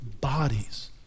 bodies